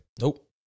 Nope